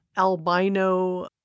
albino